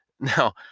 Now